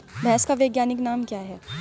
भैंस का वैज्ञानिक नाम क्या है?